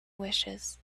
wishes